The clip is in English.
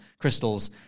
crystals